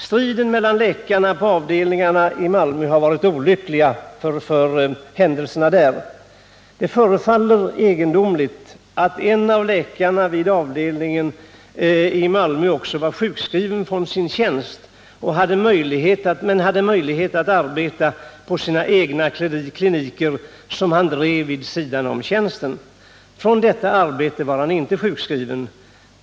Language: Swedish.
Striden mellan läkarna på avdelningarna i Malmö har varit olycklig för händelserna där. Det förefaller också egendomligt att en av läkarna på avdelningen vid sjukhuset i Malmö var sjukskriven från sin tjänst men hade möjlighet att arbeta på sina egna kliniker, som han drev vid sidan om tjänsten. Från detta arbete var han inte sjukskriven.